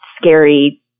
scary